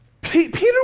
Peter